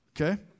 okay